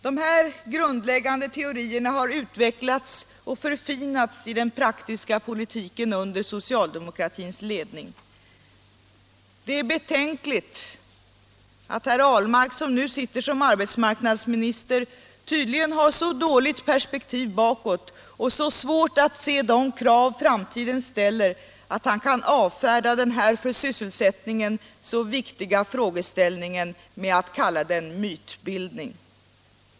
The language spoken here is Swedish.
De här grundläggande teorierna har utvecklats och förfinats i den praktiska politiken under socialdemokratins ledning. Det är betänkligt att Allmänpolitisk debatt Allmänpolitisk debatt herr Ahlmark som nu sitter som arbetsmarknadsminister tydligen har så dåligt perspektiv bakåt och så svårt att se de krav framtiden ställer att han kan avfärda den här för sysselsättningen så viktiga frågeställ ningen med att kalla den mytbildning.